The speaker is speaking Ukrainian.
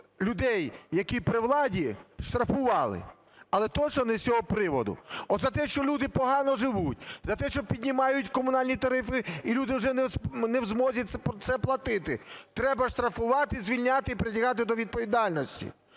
людей, які при владі, штрафували, але точно не з цього приводу. От за те, що люди погано живуть, за те, що піднімають комунальні тарифи і люди вже не в змозі це платити – треба штрафувати, звільняти і притягати до відповідальності,